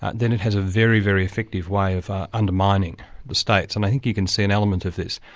ah then it has a very, very effective way of undermining the states, and i think you can see an element of this.